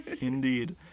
Indeed